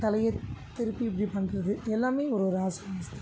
தலையை திருப்பி இப்படி பண்ணுறது எல்லாமே ஒரு ஒரு ஆசனாஸ் தான்